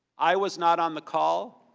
i was not on the call,